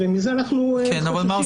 ומזה אנחנו חוששים.